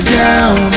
down